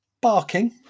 Barking